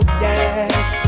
yes